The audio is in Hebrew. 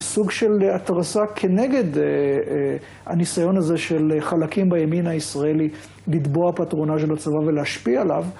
סוג של התרסה כנגד הניסיון הזה של חלקים בימין הישראלי לתבוע פטרונה של הצבא ולהשפיע עליו.